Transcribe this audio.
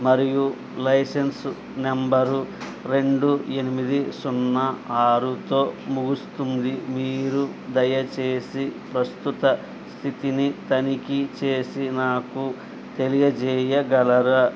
మరియు licence number రెండు ఎనిమిది సున్నా ఆరుతో ముగుస్తుంది మీరు దయచేసి ప్రస్తుత స్థితిని తనిఖీ చేసి నాకు తెలియజేయగలరా